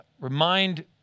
remind